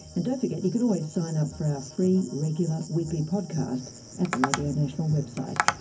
and don't forget you can always sign up for our free regular weekly podcast at the radio national website.